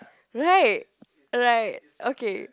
right right okay